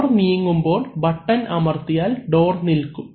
door നീങ്ങുമ്പോൾ button അമർത്തിയാൽ door നിൽക്കും